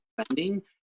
spending